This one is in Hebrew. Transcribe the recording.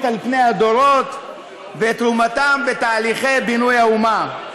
על פני הדורות ואת תרומתם בתהליכי בינוי האומה.